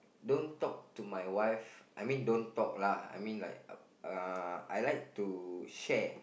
don't talk to my wife I mean uh don't talk lah I like to share